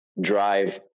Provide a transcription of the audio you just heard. drive